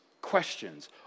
Questions